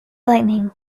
lightning